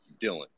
Dylan